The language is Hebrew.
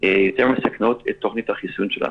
יותר מסכנות את תוכנית החיסון שלנו.